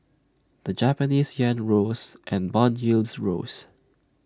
the Japanese Yen rose and Bond yields rose